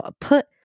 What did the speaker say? put